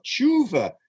tshuva